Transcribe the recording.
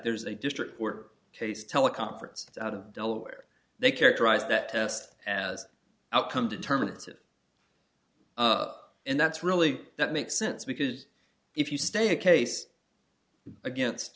there's a district were case teleconference out of delaware they characterize that test as outcome determinative and that's really that makes sense because if you stay a case against